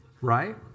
Right